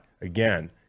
Again